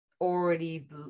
Already